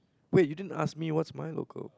wait you didn't ask me what's my local